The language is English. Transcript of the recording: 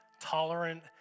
tolerant